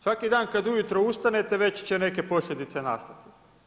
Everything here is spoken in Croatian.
Svaki dan kad ujutro ustanete već će neke posljedice nastati.